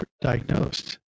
diagnosed